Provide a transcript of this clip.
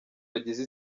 bagize